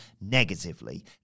negatively